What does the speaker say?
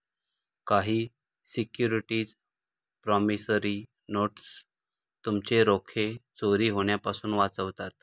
काही securities promissory notes तुमचे रोखे चोरी होण्यापासून वाचवतात